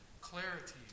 clarity